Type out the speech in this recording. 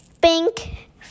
Pink